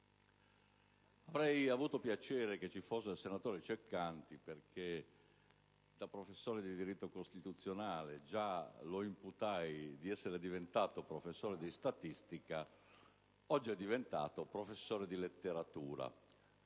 Avrei avuto piacere che fosse presente il senatore Ceccanti, perché da professore di diritto costituzionale già gli imputai di essere diventato professore di statistica; oggi è diventato professore di letteratura,